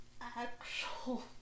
actual